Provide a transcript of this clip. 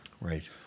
Right